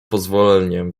pozwoleniem